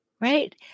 right